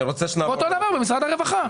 אותו הדבר לגבי משרד הרווחה.